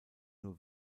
nur